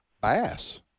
bass